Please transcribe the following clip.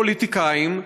פוליטיקאים,